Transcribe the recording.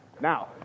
now